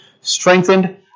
strengthened